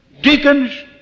Deacons